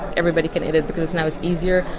everybody can edit because now it's easier.